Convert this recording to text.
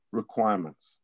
requirements